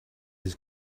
his